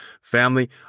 Family